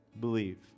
Believe